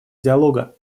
диалога